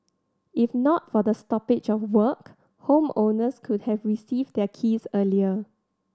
if not for the stoppage of work homeowners could have received their keys earlier